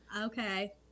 okay